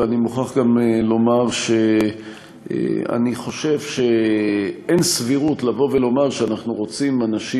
ואני מוכרח גם לומר שאני חושב שאין סבירות לבוא ולומר שאנחנו רוצים אנשים